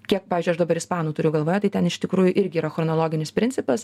kiek pavyzdžiui dabar ispanų turiu galvoje tai ten iš tikrųjų irgi yra chronologinis principas